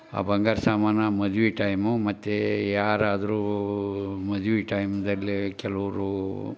ಆ ಬಂಗಾರ ಸಾಮಾನು ಮದ್ವೆ ಟೈಮು ಮತ್ತೆ ಯಾರಾದ್ರು ಮದ್ವೆ ಟೈಮಲ್ಲೇ ಕೆಲ್ವರು